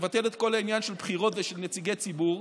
לבטל את כל העניין של בחירות ושל נציגי ציבור,